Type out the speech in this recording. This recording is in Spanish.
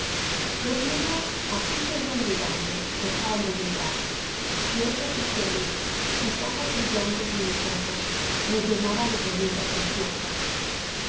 los niños así que iban llegando dejaban de gritar quietos y serios sus ojos brillantes en mis ojos me llenaban de preguntas ansiosas